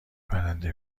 پرنده